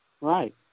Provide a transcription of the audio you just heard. Right